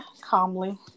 calmly